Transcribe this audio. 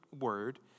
word